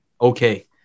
okay